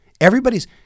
Everybody's